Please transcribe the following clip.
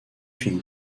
finit